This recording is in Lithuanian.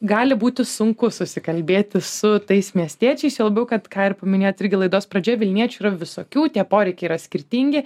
gali būti sunku susikalbėti su tais miestiečiais juo labiau kad ką ir minėjot irgi laidos pradžioj vilniečių yra visokių tie poreikiai yra skirtingi